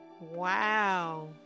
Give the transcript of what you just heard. Wow